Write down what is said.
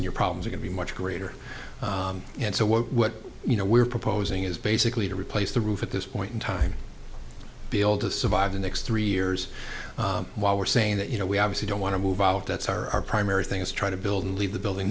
in your problems are going to be much greater and so what what you know we're proposing is basically to replace the roof at this point in time be able to survive the next three years while we're saying that you know we obviously don't want to move out that's our primary thing is trying to build and leave the building